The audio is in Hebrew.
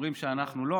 אומרים שאנחנו לא,